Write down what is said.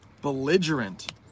belligerent